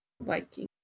Viking